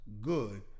good